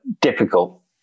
difficult